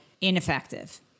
ineffective